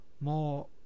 More